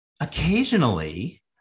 occasionally